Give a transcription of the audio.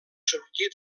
sortir